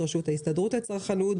רשות ההסתדרות לצרכנות.